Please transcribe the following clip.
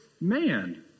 man